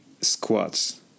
squats